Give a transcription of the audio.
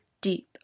deep